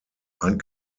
ein